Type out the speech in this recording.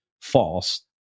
false